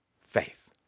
faith